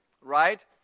right